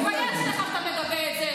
את לא חייבת להגיב, לא חייבת להגיב.